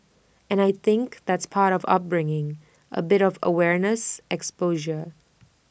and I think that's part of upbringing A bit of awareness exposure